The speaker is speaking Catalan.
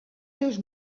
seus